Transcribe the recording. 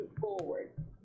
forward